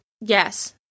yes